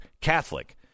Catholic